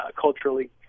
culturally